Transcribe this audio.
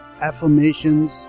affirmations